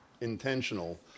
intentional